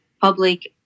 public